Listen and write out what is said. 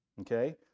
okay